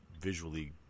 visually